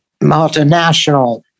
multinational